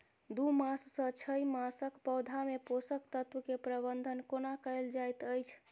दू मास सँ छै मासक पौधा मे पोसक तत्त्व केँ प्रबंधन कोना कएल जाइत अछि?